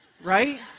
right